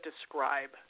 describe